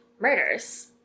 murders